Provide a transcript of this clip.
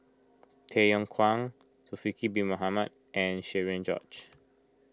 Tay Yong Kwang Zulkifli Bin Mohamed and Cherian George